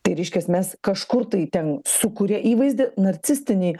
tai reiškias mes kažkur tai ten sukuria įvaizdį narcistiniai